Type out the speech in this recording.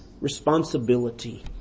responsibility